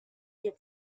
did